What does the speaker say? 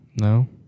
No